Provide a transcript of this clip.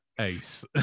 ace